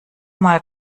mal